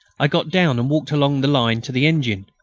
i got down and walked along the line to the engine.